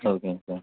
ஓகேங்க சார்